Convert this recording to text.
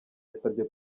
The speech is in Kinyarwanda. yasabye